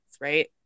right